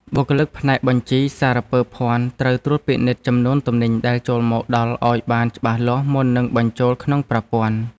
បុគ្គលិកផ្នែកបញ្ជីសារពើភ័ណ្ឌត្រូវត្រួតពិនិត្យចំនួនទំនិញដែលចូលមកដល់ឱ្យបានច្បាស់លាស់មុននឹងបញ្ចូលក្នុងប្រព័ន្ធ។